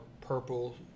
purple